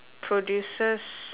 produces